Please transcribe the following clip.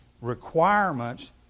requirements